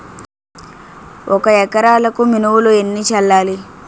ఒక ఎకరాలకు మినువులు ఎన్ని చల్లాలి?